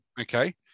Okay